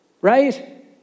Right